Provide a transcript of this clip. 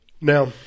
Now